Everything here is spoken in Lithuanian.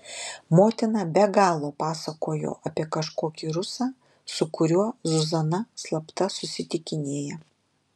motina be galo pasakojo apie kažkokį rusą su kuriuo zuzana slapta susitikinėja